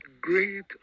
great